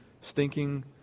stinking